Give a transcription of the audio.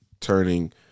turning